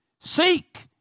Seek